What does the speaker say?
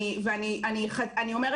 אני מבינה